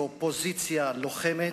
מאופוזיציה לוחמת,